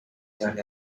done